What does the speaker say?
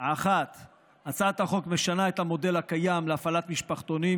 1. הצעת החוק משנה את המודל הקיים להפעלת משפחתונים,